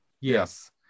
Yes